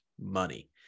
money